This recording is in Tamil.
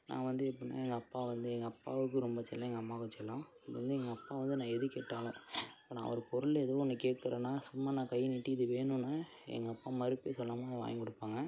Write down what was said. நான் வந்து எப்பிடினா எங்கள் அப்பா வந்து எங்கள் அப்பாவுக்கு ரொம்ப செல்லம் எங்கள் அம்மாவுக்கும் செல்லம் இப்போ வந்து எங்கள் அப்பா வந்து நான் எது கேட்டாலும் இப்போ நான் ஒரு பொருள் ஏதோ ஒன்று கேக்கிறேன்னா சும்மா நான் கை நீட்டி இது வேணும்னா எங்கள் அப்பா மறுப்பே சொல்லாமல் அதை வாங்கிக் கொடுப்பாங்க